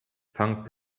fang